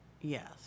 Yes